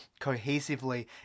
cohesively